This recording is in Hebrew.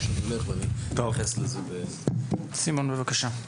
סימון בבקשה.